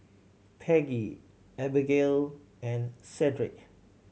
Peggie Abigayle and Sedrick